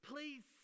Please